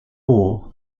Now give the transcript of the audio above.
war